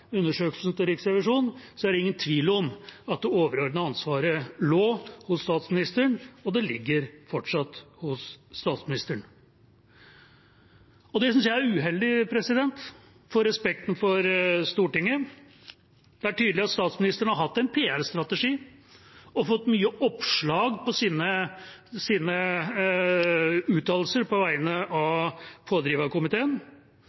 undersøkelsen til Riksrevisjonen, er det ingen tvil om at det overordnede ansvaret lå hos statsministeren, og det ligger fortsatt hos statsministeren. Det synes jeg er uheldig for respekten for Stortinget. Det er tydelig at statsministeren har hatt en pr-strategi og fått mange oppslag for sine uttalelser på vegne